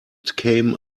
came